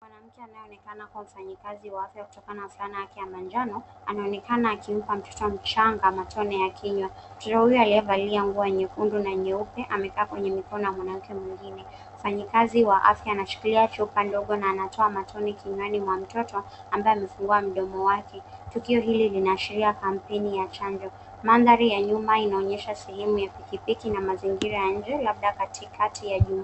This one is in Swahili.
Mwanamke anaye onekana kua mfanyakazi wa afya kutokana na fulana yake ya manjano, anaonekana akimpa mtoto mchanga matone ya kinywa. Mtoto huyo aliye valia nguo nyekundu na nyeupe, amekaa kwenye mikono ya mwanamke mwengine. Mfanyakazi wa afya anashikilia chupa ndogo na anatoa matone kinywani mwa mtoto ambaye amefungua mdomo wake. Tukio hili linaashiria kampeni ya chanjo. Madhari ya nyuma inaonesha sehemu ya pikipiki na mazingira ya nje labda.